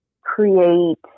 create